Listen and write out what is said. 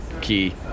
key